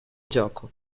gioco